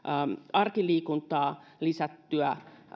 arkiliikuntaa lisättyä